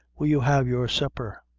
will you have your supper?